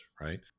right